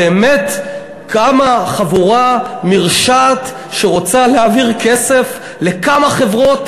באמת קמה חבורה מרשעת שרוצה להעביר כסף לכמה חברות?